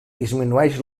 disminueix